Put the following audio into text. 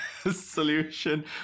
solution